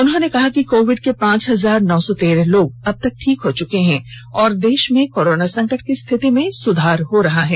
उन्होंने कहा कि कोविड के पांच हजार नौ सौ तेरह लोग अब तक ठीक हो चुके हैं और देश में कोरोना संकट की स्थिति में सुधार हो रहा है